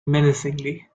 menacingly